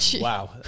wow